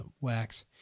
Wax